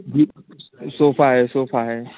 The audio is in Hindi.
जी सोफ़ा है सोफ़ा